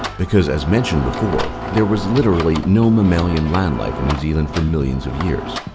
because as mentioned before, there was literally no mammalian land life in new zealand for millions of years.